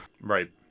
right